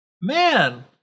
Man